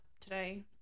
today